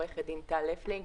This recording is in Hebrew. אני עורכת דין טל הפלינג,